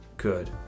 good